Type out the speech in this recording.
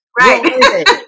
right